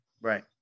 Right